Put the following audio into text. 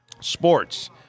Sports